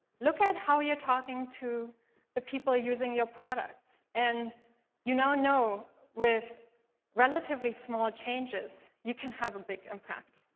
look at how you're talking to the people using your product. and you now know with relatively small changes, you can have a big impact.